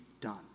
done